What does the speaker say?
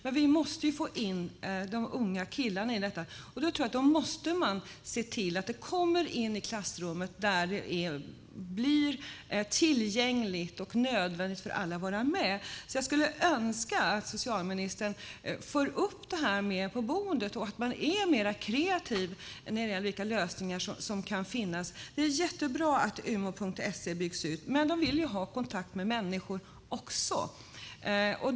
Men vi måste få in de unga killarna i detta. Då tror jag att man måste se till att det kommer in i klassrummet, där det blir tillgängligt och är nödvändigt för alla att vara med. Jag skulle önska att socialministern för upp detta mer på bordet och att man är mer kreativ när det gäller vilka lösningar som kan finnas. Det är jättebra att Umo.se byggs ut, men ungdomarna vill också ha kontakt med människor.